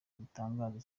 bitangaje